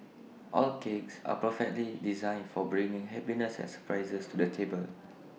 all cakes are perfectly designed for bringing happiness and surprises to the table